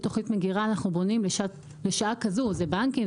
תוכנית מגירה אנחנו בונים לשעה כזו זה בנקים,